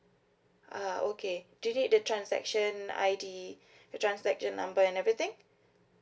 uh okay do you need the transaction I_D the transaction number and everything